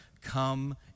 Come